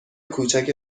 کوچک